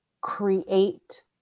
create